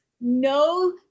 no